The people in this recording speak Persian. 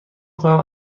کنم